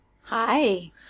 Hi